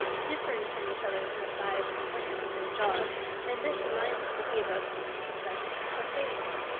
differing from each other in the size and length of their jaws and this reminds us of the above cases of dimorphic crustaceans.